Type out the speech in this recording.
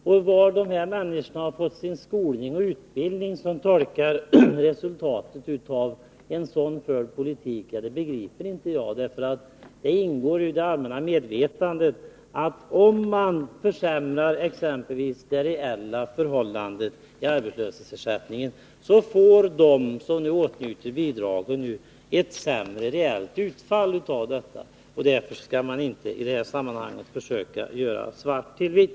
Och jag begriper inte var de människor har fått sin skolning och utbildning som tolkar resultatet av den förda politiken på det sättet! Om man exempelvis försämrar de reella villkoren för arbetslöshetsersättningen, då får de som åtnjuter bidrag alltså ett sämre ekonomiskt utfall — detta ingår i det allmänna medvetandet, och man skall inte försöka göra svart till vitt.